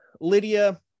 Lydia